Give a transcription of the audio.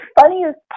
funniest